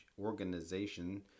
organization